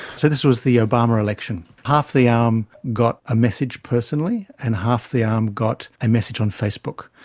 so this was the obama election. half the arm got a message personally and half the arm got a message on facebook,